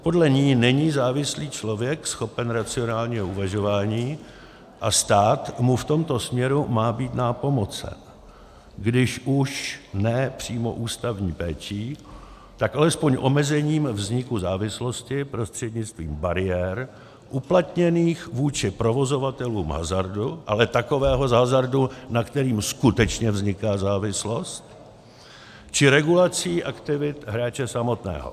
Podle ní není závislý člověk schopen racionálního uvažování a stát mu v tomto směru má být nápomocen, když už ne přímo ústavní péčí, tak alespoň omezením vzniku závislosti prostřednictvím bariér uplatněných vůči provozovatelům hazardu, ale takového hazardu, na kterém skutečně vzniká závislost, či regulací aktivit hráče samotného.